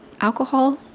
alcohol